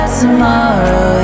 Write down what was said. tomorrow